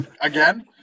again